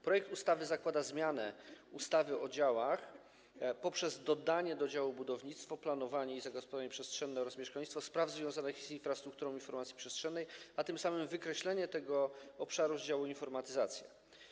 Projekt ustawy zakłada zmianę ustawy o działach poprzez dodanie do działu: budownictwo, planowanie i zagospodarowanie przestrzenne oraz mieszkalnictwo spraw związanych z infrastrukturą informacji przestrzennej, a tym samym wykreślenie tego obszaru z działu: informatyzacja.